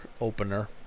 opener